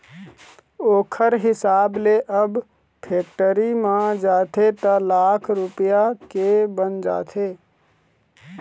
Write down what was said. ओखर हिसाब ले अब फेक्टरी म जाथे त लाख रूपया के बन जाथे